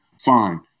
Fine